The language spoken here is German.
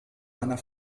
einer